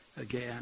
again